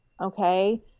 okay